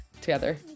together